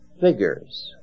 figures